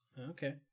Okay